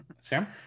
Sam